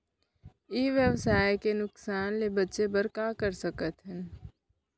ई व्यवसाय के नुक़सान ले बचे बर का कर सकथन?